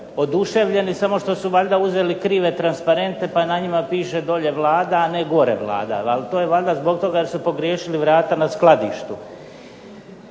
oduševljeni samo što su valjda uzeli krive transparente pa na njima piše dolje Vlada, a ne gore Vlada, ali to je valjda zbog toga jer su pogriješili vrata na skladištu.